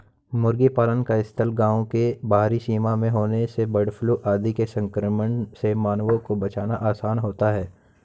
मुर्गी पालन का स्थल गाँव के बाहरी सीमा में होने से बर्डफ्लू आदि के संक्रमण से मानवों को बचाना आसान होता है